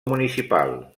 municipal